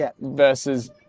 versus